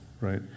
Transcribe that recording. Right